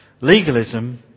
Legalism